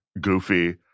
goofy